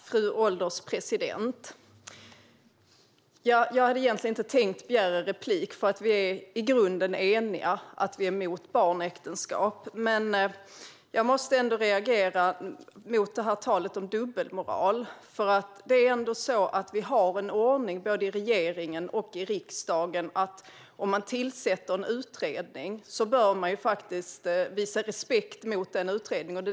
Fru ålderspresident! Jag hade egentligen inte tänkt begära replik, för vi är i grunden eniga om att vi är emot barnäktenskap. Men jag måste ändå reagera mot talet om dubbelmoral. Det är ändå så att vi har en ordning, både i regeringen och i riksdagen, som är att om man tillsätter en utredning bör man visa respekt för den utredningen.